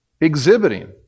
exhibiting